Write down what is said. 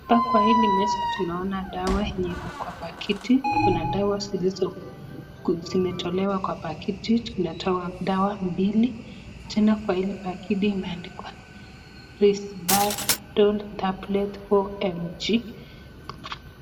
Hapa Kwa hili meza Kuna dawa Kwa hapa kiti kunadawa ziliso tolewa kwa pakiti tumepewa dawa mbili tena Kwa hii pakiti imeandikwa respadol taplet 4mg .